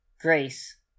Grace